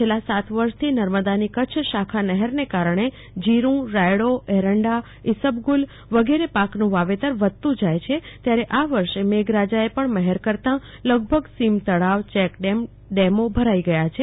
છેલ્લા સાત વર્ષથી નર્મદાની કચ્છ શાખા નહેરને કારણે જીરું રાયડો એરંડા ઈસબગુલ વગેરે પાકનું વાવેતર વધતું જાય છે ત્યારે આ વર્ષે મેઘરાજાએ પણ મહેર કરતાં લગભગ સીમા તળાવ ચેકડેમ ડેમો ભરાઈ ગયા છે